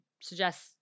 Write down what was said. Suggest